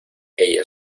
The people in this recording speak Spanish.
ella